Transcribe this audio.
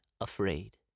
afraid